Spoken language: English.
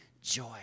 joy